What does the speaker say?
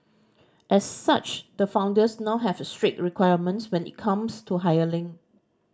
as such the founders now have strict requirements when it comes to